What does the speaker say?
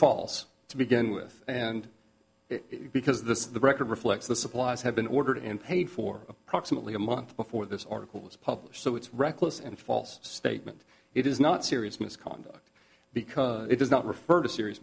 false to begin with and because this the record reflects the supplies have been ordered and paid for approximately a month before this article is published so it's reckless and false statement it is not serious misconduct because it does not refer to seri